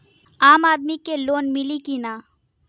आम आदमी के लोन मिली कि ना?